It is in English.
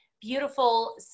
beautiful